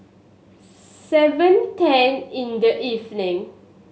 seven ten in the evening